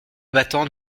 battants